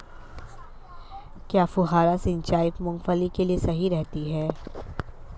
क्या फुहारा सिंचाई मूंगफली के लिए सही रहती है?